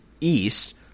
East